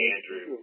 Andrew